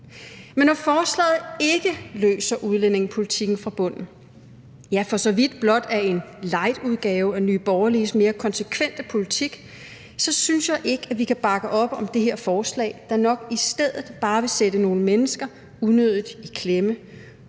Men når forslaget ikke løser udlændingepolitikken fra bunden, ja, for så vidt blot er en lightudgave af Nye Borgerliges mere konsekvente politik, så synes jeg ikke, at vi kan bakke op om det her forslag, der nok i stedet bare vil sætte nogle mennesker unødigt i klemme,